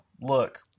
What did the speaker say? look